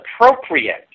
appropriate